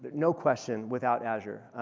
no question, without azure.